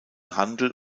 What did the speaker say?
handel